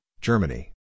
Germany